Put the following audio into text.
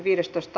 asia